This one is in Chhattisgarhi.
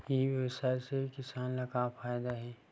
ई व्यवसाय से किसान ला का फ़ायदा हे?